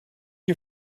you